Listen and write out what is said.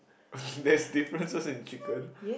there's differences in chicken